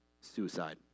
suicide